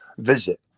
visit